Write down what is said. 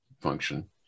function